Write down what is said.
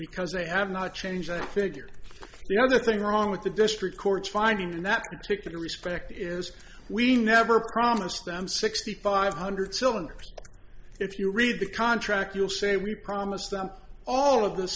because they have not changed i figured the other thing wrong with the district court's findings in that particular respect is we never promised them sixty five hundred cylinders if you read the contract you'll say we promise them all of th